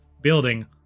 building